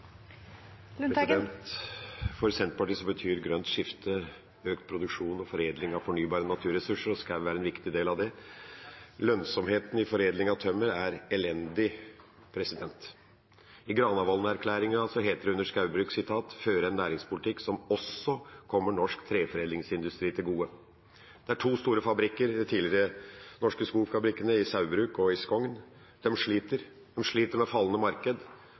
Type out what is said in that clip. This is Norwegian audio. fornybare naturressurser, og skog er en viktig del av det. Lønnsomheten i foredling av tømmer er elendig. I Granavolden-plattformen heter det under skogbruk: «Føre en næringspolitikk som også kommer norsk treforedlingsindustri til gode.» Det er to store fabrikker, de tidligere Norske Skog-fabrikkene Saugbrugs og Skogn. De sliter. De sliter med fallende marked,